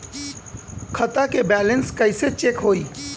खता के बैलेंस कइसे चेक होई?